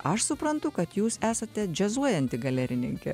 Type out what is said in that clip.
aš suprantu kad jūs esate džiazuojanti galerininkė